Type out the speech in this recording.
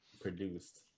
produced